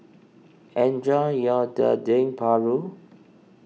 enjoy your Dendeng Paru